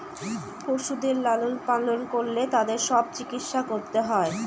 পশুদের লালন পালন করলে তাদের সব চিকিৎসা করতে হয়